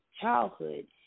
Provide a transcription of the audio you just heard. childhood